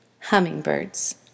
Hummingbirds